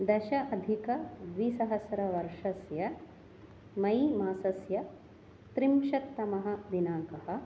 दशाधिकद्विसहस्रवर्षस्य May मासस्य त्रिंशत्तमः दिनाङ्कः